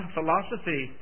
Philosophy